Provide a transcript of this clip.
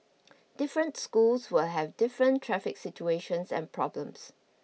different schools will have different traffic situations and problems